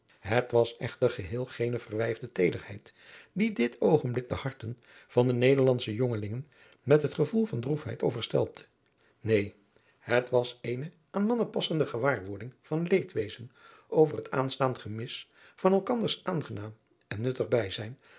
het was echter geheel geene verwijfde teederheid die dit oogenblik de harten van de nederlandsche jongelingen met het gevoel van droefheid overstelpte neen het was eene aan mannen passende gewaarwording van leedwezen over het aanstaand gemis van elkanders aangenaam en nuttig bijzijn